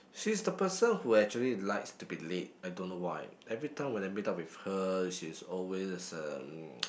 she's the person who actually likes to be late I don't know why everytime when I meet up with her she's always um